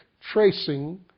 tracing